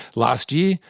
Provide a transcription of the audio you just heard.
last year,